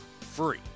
free